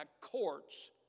courts